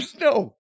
No